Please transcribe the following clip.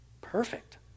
Perfect